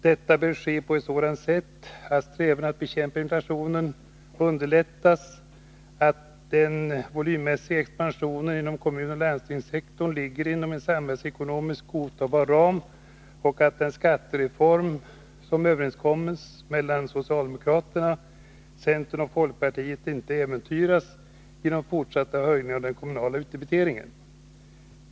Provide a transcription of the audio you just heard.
Detta bör ske på ett sådant sätt att strävandena att bekämpa inflationen underlättas, att den volymmässiga expansionen inom kommunoch landstingssektorn ligger inom en samhällsekonomiskt godtagbar ram och att den skattereform som överenskommits mellan socialdemokraterna, centern och folkpartiet inte äventyras genom fortsatta höjningar av den kommunala utdebiteringen.